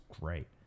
great